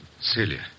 Celia